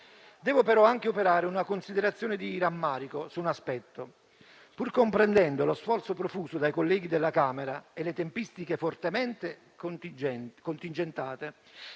Devo, però, anche operare una considerazione di rammarico su un aspetto. Pur comprendendo lo sforzo profuso dai colleghi della Camera e le tempistiche fortemente contingentate,